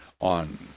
on